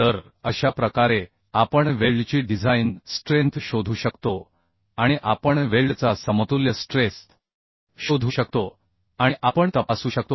तर अशा प्रकारे आपण वेल्डची डिझाइन स्ट्रेंथ शोधू शकतो आणि आपण वेल्डचा समतुल्य स्ट्रेस शोधू शकतो आणि आपण तपासू शकतो